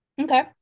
Okay